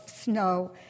snow